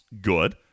good